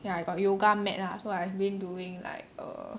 ya I got yoga mat lah so I've been doing like err